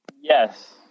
yes